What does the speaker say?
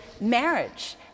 marriage